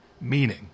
meaning